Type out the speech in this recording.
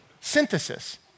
synthesis